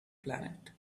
planet